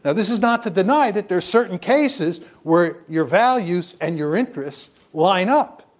yeah this is not to deny that there's certain cases where your values and your interests line up.